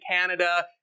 Canada